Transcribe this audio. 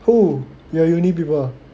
who we are uni people